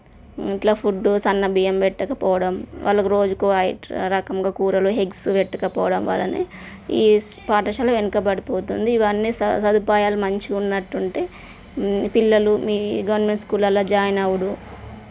ఇట్లా ఫుడ్ సన్న బియ్యం పెట్టకపోవడం వాళ్ళకు రోజుకో హైట్ రకంగా కూరలో ఎగ్స్ పెట్టకపోవడం వలనే ఈస్ పాఠశాల వెనకబడిపోతుంది ఇవన్నీ స సదుపాయాలు మంచిగున్నట్టుంటే పిల్లలు గవర్నమెంట్ స్కూలల్లో జాయిన్ అవ్వుడు